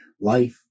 life